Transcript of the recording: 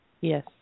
Yes